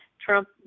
Trump